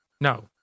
No